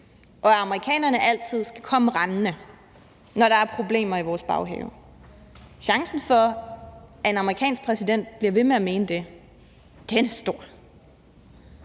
og at amerikanerne altid skal komme rendende, når der er problemer i vores baghave. Chancen for, at en amerikansk præsident bliver ved med at mene det, er stor.